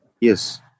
Yes